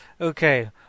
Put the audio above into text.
Okay